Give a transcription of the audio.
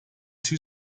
two